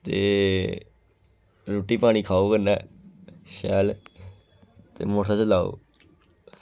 ते रुट्टी पानी खाओ कन्नै शैल ते मोटरसैकल चलाओ